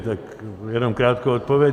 Tak jenom krátkou odpověď.